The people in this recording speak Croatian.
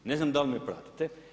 Ne znam da li me pratite.